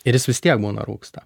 ir jis vis tiek būna rūgsta